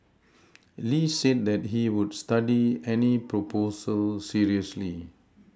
Lee said that he would study any proposal seriously